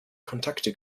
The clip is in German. kontakte